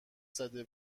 زده